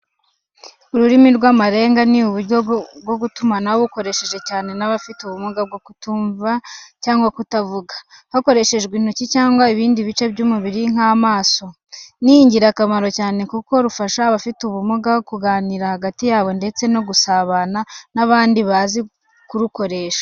Ururimi rw’amarenga ni uburyo bwo gutumanaho bukoreshwa cyane n’abafite ubumuga bwo kutumva cyangwa kutavuga, hakoreshejwe intoki cyangwa ibindi bice by’umubiri nk'amaso. Ni ingirakamaro cyane kuko rufasha abafite ubwo bumuga kuganira hagati yabo ndetse no gusabana n’abandi bazi kurukoresha.